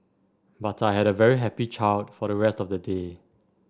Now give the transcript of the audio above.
but I had a very happy child for the rest of the day